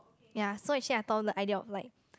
ya so actually I thought of the idea of like